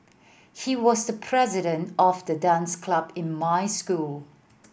he was the president of the dance club in my school